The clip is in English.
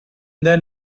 then